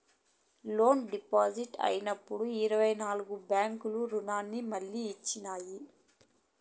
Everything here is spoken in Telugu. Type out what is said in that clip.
లోన్ డీపాల్ట్ అయినప్పుడు ఇరవై నాల్గు బ్యాంకులు రుణాన్ని మళ్లీ ఇచ్చినాయి